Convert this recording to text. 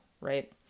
right